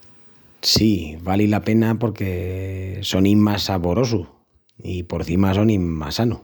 Sí, vali la pena porque sonin más saborosus i porcima sonin más sanus.